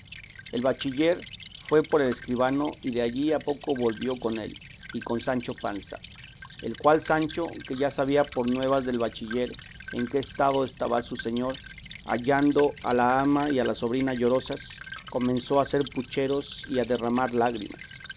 el bachiller fue por el escribano y de allí a poco volvió con él y con sancho panza el cual sancho que ya sabía por nuevas del bachiller en qué estado estaba su señor hallando a la ama y a la sobrina llorosas comenzó a hacer pucheros y a derramar lágrimas